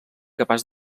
capaç